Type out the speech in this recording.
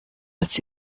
als